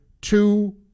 two